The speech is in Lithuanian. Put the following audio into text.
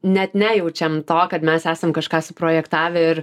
net nejaučiam to kad mes esam kažką suprojektavę ir